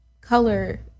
color